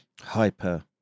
hyper